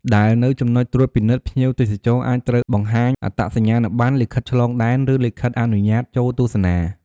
ដែលនៅ ចំណុចត្រួតពិនិត្យ ភ្ញៀវទេសចរណ៍អាចត្រូវបង្ហាញអត្តសញ្ញាណប័ណ្ណ លិខិតឆ្លងដែន ឬលិខិតអនុញ្ញាត ចូលទស្សនា។